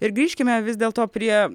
ir grįžkime vis dėlto prie